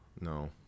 no